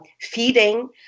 feeding